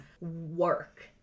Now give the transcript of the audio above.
work